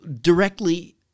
directly